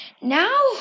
Now